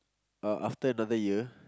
uh after another year